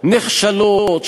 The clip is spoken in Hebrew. נחשלות,